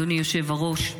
אדוני היושב-ראש,